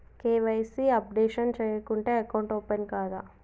KYC updation చేయకుంటే account open కాదా?